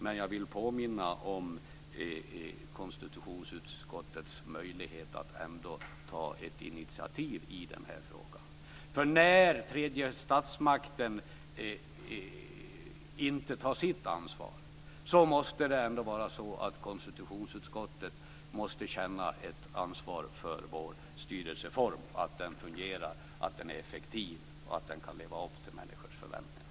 Men jag vill påminna om konstitutionsutskottets möjlighet att ta ett initiativ i den här frågan. När tredje statsmakten inte tar sitt ansvar måste konstitutionsutskottet känna ett ansvar för att vår styrelseform fungerar, är effektiv och kan leva upp till människors förväntningar.